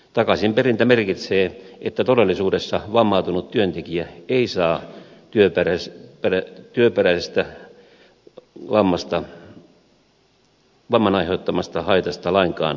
takaisinperintä merkitsee että todellisuudessa vammautunut työntekijä ei saa työperäisestä vamman aiheuttamasta haitasta lainkaan korvausta